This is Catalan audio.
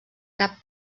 cap